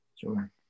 Sure